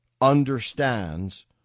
understands